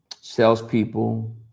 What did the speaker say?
salespeople